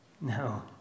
No